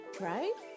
right